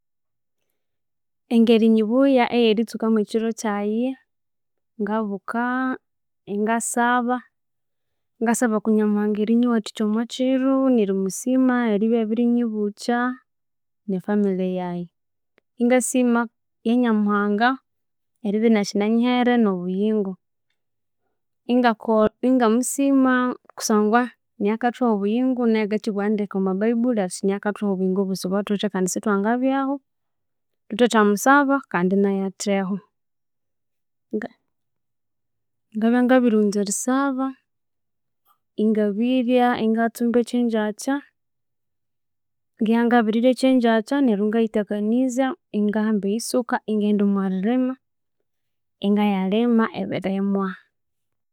Engeri nyibuya eyeritsukamu ekiro kyaghe ngabuka ingasaba ngasaba okwa nyamuhanga erinyiwathikya okwa kiro nerimusima eribya abinyibukya ne famiy yaghe, ingasima ya nyamuhanga, eribya inakinanyihere no buyingo, ingako ingamusima kusangwa niyo akathuha obuyingo nayu akkibugha ndeke omwa baibulhi athi niyo akathuha obuyingo bwosi obwathuwithe kandi sithwangabyahu thuthemusaba kandi nayu ngabya, nga- ngabirighunza erisaba ingabirya ingatsumba ekyengyakya neryu ingaghithakanizya ingahamba eyisuka ingayalhima ebirimwa.